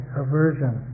aversion